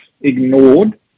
ignored